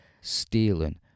stealing